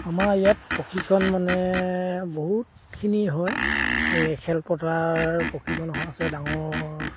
আমাৰ ইয়াত প্ৰশিক্ষণ মানে বহুতখিনি হয় এই খেলপথাৰ প্ৰশিক্ষণ হয় আছে ডাঙৰ